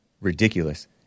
Ridiculous